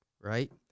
right